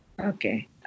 okay